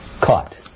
caught